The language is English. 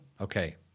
Okay